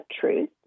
truth